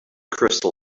crystal